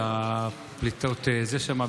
על הפליטות שם.